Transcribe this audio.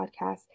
podcast